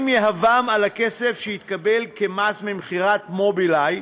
יהבם על הכסף שיתקבל כמס ממכירת "מובילאיי",